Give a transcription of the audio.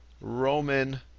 Roman